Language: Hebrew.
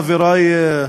חברי?